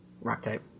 Rock-type